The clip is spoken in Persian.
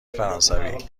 فرانسوی